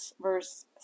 verse